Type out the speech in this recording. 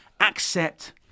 accept